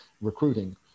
recruiting